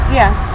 yes